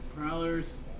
Prowlers